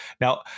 now